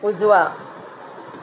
उजवा